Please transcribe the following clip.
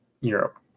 Europe